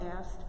asked